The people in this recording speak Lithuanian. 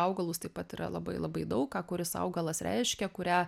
augalus taip pat yra labai labai daug ką kuris augalas reiškia kurią